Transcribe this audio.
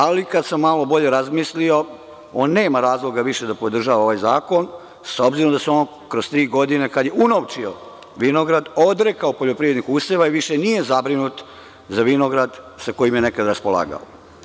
Ali, kada sam malo bolje razmislio, on nema razloga više da podržava ovaj zakon, s obzirom da se on kroz tri godine, kada je unovčio vinograd, odrekao poljoprivrednih useva i više nije zabrinut za vinograd sa kojim je nekada raspolagao.